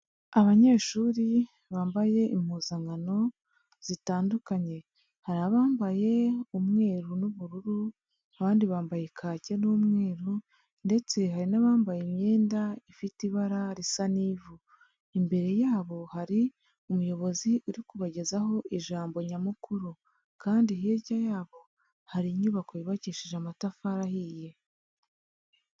Abanyeshuri bambaye impuzankano zitandukanye, hari abambaye umweru n'ubururu, abandi bambaye kake n'umweru ndetse hari n'abambaye imyenda ifite ibara risa n'ivu, imbere yabo hari umuyobozi uri kubagezaho ijambo nyamukuru, kandi hirya yabo hari inyubako yubakishije amatafari ahiye.